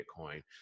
Bitcoin